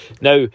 Now